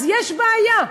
אז יש בעיה.